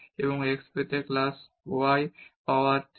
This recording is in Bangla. এবং x প্লাস y পাওয়ার 3 করতে পারি